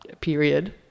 period